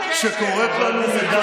חבר הכנסת דוידסון, קריאה ראשונה.